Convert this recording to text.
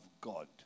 God